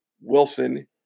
Wilson